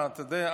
אתה יודע,